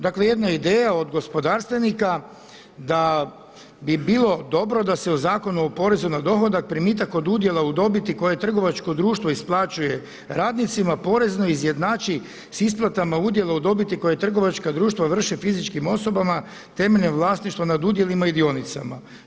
Dakle jedna ideja od gospodarstvenika da bi bilo dobro da se u Zakonu o porezu na dohodak primitak od udjela od dobiti koje trgovačko društvo isplaćuje radnicima, porezno izjednači s isplatama udjela u dobiti koje trgovačka društva vrše fizičkim osobama temeljem vlasništva nad udjelima i dionicama.